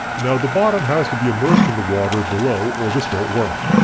now the bottom has to be immersed in the water below or this won't work.